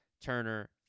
Turner